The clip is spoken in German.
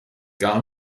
gar